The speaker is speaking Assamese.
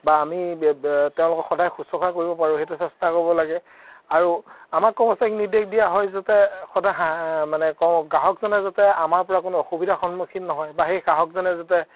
বা আমি তেওঁলোকক সদায় শুশ্ৰূষা কৰিব পাৰোঁ সেইটো চেষ্টা কৰিব লাগে আৰু আমাৰ কৰ্মচাৰীক নিৰ্দেশ দিয়া হয় যাতে সদায় হা মানে কওঁ গ্ৰাহকজনে যাতে আমাৰ পৰা কোনো অসুবিধাৰ সন্মুখীন নহয় বা সেই গ্ৰাহকজনে যাতে